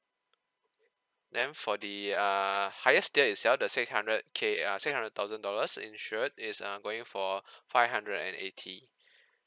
then for the err highest tier itself the six hundred K err six hundred thousand dollars insured is err going for five hundred and eighty